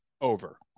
over